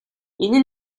энэ